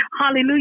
Hallelujah